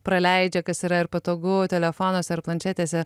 praleidžia kas yra ir patogu telefonuose planšetėse